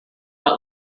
but